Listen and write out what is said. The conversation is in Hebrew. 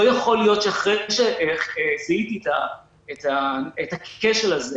לא יכול להיות שאחרי זיהיתי את הכשל הזה,